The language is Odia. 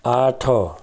ଆଠ